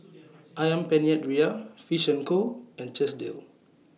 Ayam Penyet Ria Fish and Co and Chesdale